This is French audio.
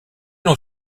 l’on